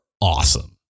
awesome